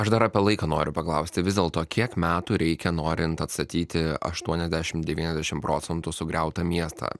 aš dar apie laiką noriu paklausti vis dėlto kiek metų reikia norint atstatyti aštuoniasdešim devyniasdešim procentų sugriautą miestą